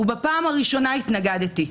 ובפעם הראשונה התנגדתי.